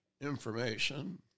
information